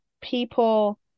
people